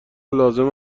لازم